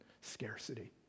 scarcity